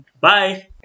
Bye